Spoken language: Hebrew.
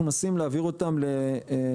ואנחנו מנסים להעביר אותם לדיגיטל.